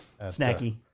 Snacky